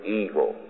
evil